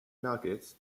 nuggets